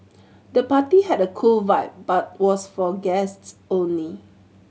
the party had a cool vibe but was for guests only